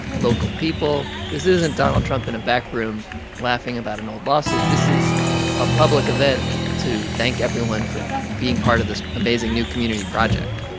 local people. this isn't donald trump in a backroom laughing about an old lawsuit. this is a public event to thank everyone for being part of this amazing, new community project